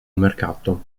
mercato